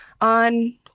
on